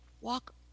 walk